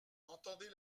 entendez